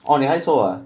orh 你还抽 ah